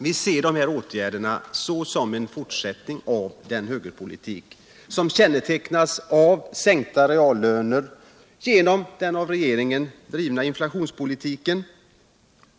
Vi ser dessa åtgärder som en fortsättning av den högerpolitik, som kännetecknas av sänkta reallöner genom den av regeringen drivna inflationspolitiken.